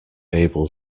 able